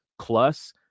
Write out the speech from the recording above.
plus